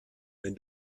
wenn